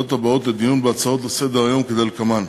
הוועדות לדיון בהצעות לסדר-היום כדלקמן: